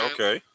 Okay